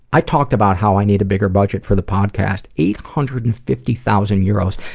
i talked about how i need a bigger budget for the podcast, eight hundred and fifty thousand euros.